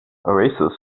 oasis